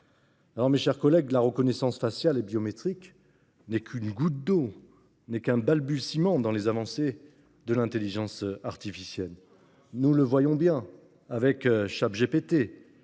Mes chers collègues, la reconnaissance faciale et biométrique n'est qu'une goutte d'eau et un balbutiement dans les avancées de l'intelligence artificielle. Nous voilà rassurés